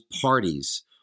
parties